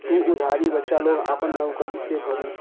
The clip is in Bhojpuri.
उ उधारी बच्चा लोग आपन नउकरी से भरी